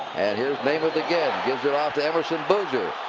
and here's namath again. gives it off to emerson boozer.